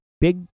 big